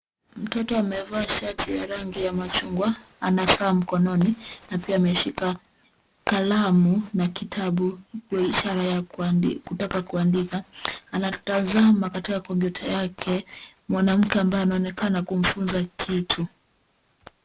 Mtoto amevaa shati ya rangi ya machungwa, ana saa mkononi na pia ameshika kalamu na kitabu kwa ishara ya kutaka kuandika. Anatazama katika kompyuta yake mwanamke ambaye anaonekana kumfunza kitu.